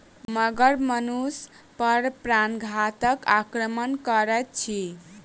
मगर मनुष पर प्राणघातक आक्रमण करैत अछि